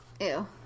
ew